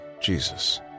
Jesus